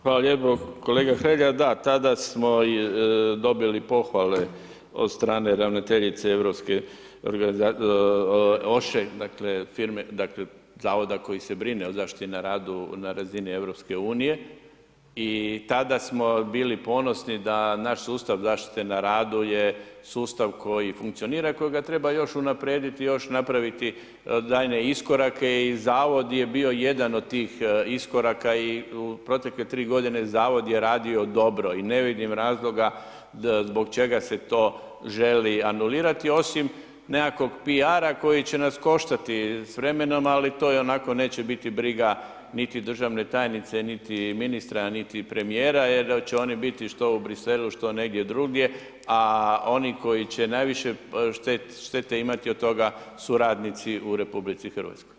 Hvala lijepo kolega Hrelja, da tada smo dobili pohvale od strane ravnateljice Europske … zavoda koji se brine o zaštiti na radu na razini EU i tada smo bili ponosni da nas sustav zaštite na radu je sustav koji funkcionira i kojega treba još unaprijediti još napraviti daljnje iskorake i Zavod je bio jedan od tih iskoraka i u protekle 3 g. zavod je radio dobro i ne vidim razloga zbog čega se to želi anulirati osim nekakvom PR koji će nas koštati s vremenom, ali to onako neće biti briga niti državne tajnice niti ministra niti premjera, jer će oni biti što u Bruxellesu, što negdje drugdje, a oni koji će najviše štete imati od toga su radnici u RH.